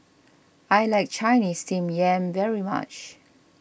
I like Chinese Steamed Yam very much